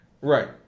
right